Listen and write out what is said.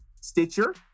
Stitcher